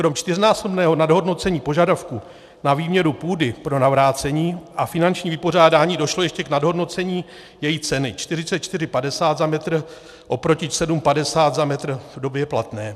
Krom čtyřnásobného nadhodnocení požadavku na výměru půdy pro navrácení a finanční vypořádání došlo ještě k nadhodnocení její ceny: 44,50 za metr oproti 7,50 za metr v době platné.